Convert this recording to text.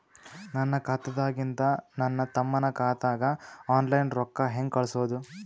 ನನ್ನ ಖಾತಾದಾಗಿಂದ ನನ್ನ ತಮ್ಮನ ಖಾತಾಗ ಆನ್ಲೈನ್ ರೊಕ್ಕ ಹೇಂಗ ಕಳಸೋದು?